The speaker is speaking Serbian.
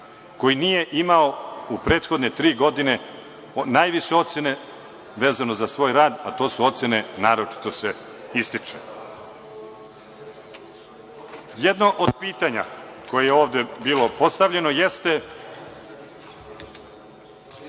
koji nije imao u prethodne tri godine najviše ocene vezano za svoj rad, a to su ocene – naročito se ističe. Jedno od pitanja koje je ovde bilo postavljeno jeste